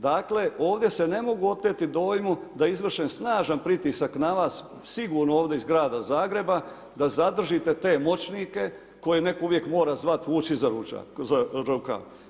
Dakle, ovdje se ne mogu oteti dojmu da izvrše snažan pritisak na vas sigurno ovdje iz Grada Zagreba, da zadržite te moćnike, koje netko uvijek mora zvati i vući za rukav.